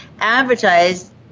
advertised